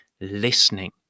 listening